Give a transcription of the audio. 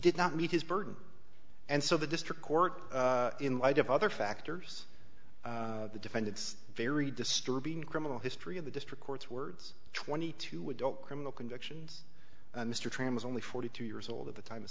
did not meet his burden and so the district court in light of other factors the defendant's very disturbing criminal history of the district court's words twenty two adult criminal convictions that mr tran was only forty two years old at the time